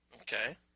Okay